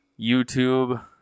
youtube